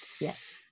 Yes